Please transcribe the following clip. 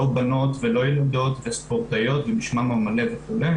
'בנות' ולא 'ילדות' כספורטאיות ובשמן המלא וכולי,